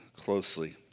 closely